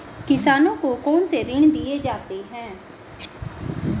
किसानों को कौन से ऋण दिए जाते हैं?